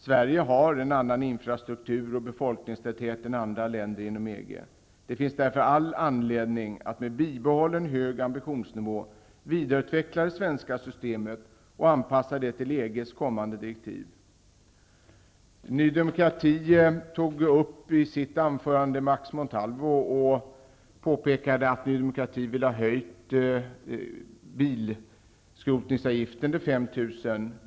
Sverige har en annan infrastruktur och befolkningstäthet än andra länder inom EG. Det finns därför all anledning att med bibehållen hög ambitionsnivå vidareutveckla det svenska systemet och anpassa det till EG:s kommande direktiv. Max Montalvo talade om att Ny demokrati vill ha bilskrotningsavgiften höjd till 5 000 kr.